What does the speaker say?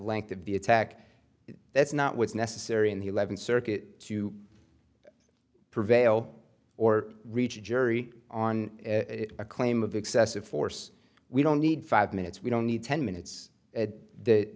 length of the attack that's not what's necessary in the eleventh circuit to prevail or reach a jury on a claim of excessive force we don't need five minutes we don't need ten minutes